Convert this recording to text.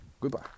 Goodbye